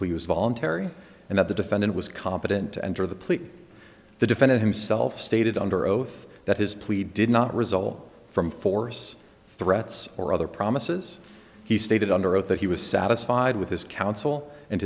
was voluntary and that the defendant was competent to enter the plea the defendant himself stated under oath that his plea did not result from force threats or other promises he stated under oath that he was satisfied with his counsel and